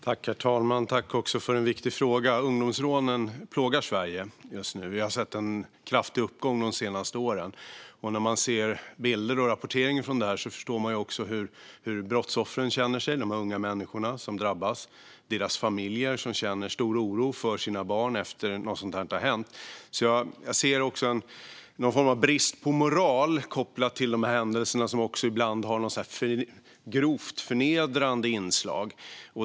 Herr talman! Tack för en viktig fråga, Ingemar Kihlström! Ungdomsrånen plågar Sverige just nu. Vi har sett en kraftig uppgång de senaste åren. När man ser bilder och tar del av rapporteringen kring det här förstår man hur brottsoffren, de här unga människorna som drabbas, känner sig. Deras familjer känner stor oro för sina barn efter att någonting sådant här har hänt. Jag ser också någon form av brist på moral kopplad till de här händelserna, som också ibland har grovt förnedrande inslag.